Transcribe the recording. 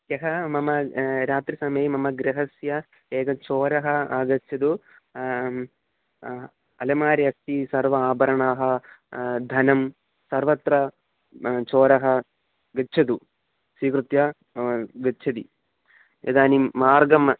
यः मम रात्रिसमये मम गृहस्य एकः चोरः आगच्छत् अलमारि अस्ति सर्वाणि आभरणानि धनं सर्वत्र चोरः आगच्छत् स्वीकृत्य गच्छति इदानीं मार्गं